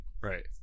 Right